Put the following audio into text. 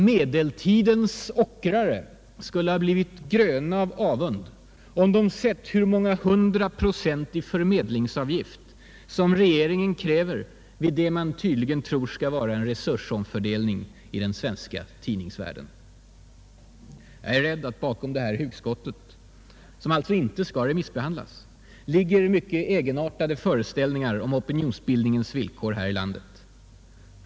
Medeltidens ockrare skulle ha blivit gröna av avund om de sett hur många hundra procent i förmedlingsavgift som regeringen kräver vid det man tydligen tror skall vara en resursomfördelning i den svenska tidningsvärlden. Jag är rädd för att bakom detta hugskott, som alltså inte skall remissbehandlas, ligger mycket egenartade föreställningar om opinionsbildningens villkor här i landet.